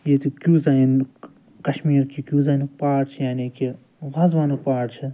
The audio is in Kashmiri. ییٚتیُک کیوٗزاینُک کشمیٖرکہِ کیوٗزاینُک پارٹ چھِ یعنی کہِ وازوانُک پارٹ چھِ